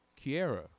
Kiera